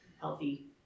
healthy